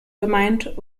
gemeint